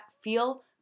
feel